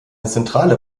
zentrale